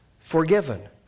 forgiven